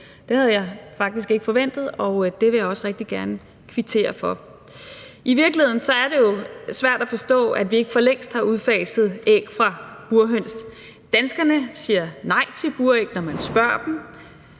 Det havde jeg faktisk ikke forventet, og det vil jeg også rigtig gerne kvittere for. I virkeligheden er det jo svært at forstå, at vi ikke for længst har udfaset æg fra burhøns. Danskerne siger nej til buræg, når man spørger dem.